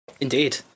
indeed